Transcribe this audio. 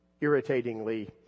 irritatingly